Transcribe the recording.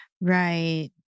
Right